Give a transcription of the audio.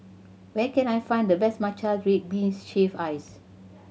where can I find the best matcha red bean shave ice